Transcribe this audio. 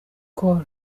col